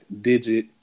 Digit